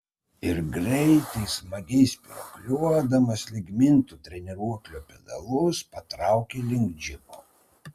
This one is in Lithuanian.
ir greitai smagiai spyruokliuodamas lyg mintų treniruoklio pedalus patraukė link džipo